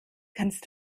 kannst